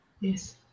yes